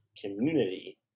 community